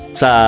sa